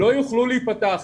לא יוכלו להיפתח.